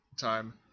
time